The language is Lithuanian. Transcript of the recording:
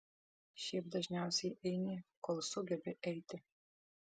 šiaip dažniausiai eini kol sugebi eiti